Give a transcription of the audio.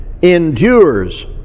endures